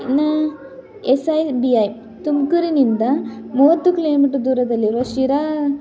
ಇನ್ನು S I B I ತುಮಕೂರಿನಿಂದ ಮೂವತ್ತು ಕಿಲೋಮೀಟರ್ ದೂರದಲ್ಲಿರೊ ಶಿರಾ